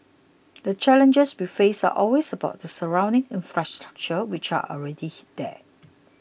the challenges we face are always about the surrounding infrastructure which are already he there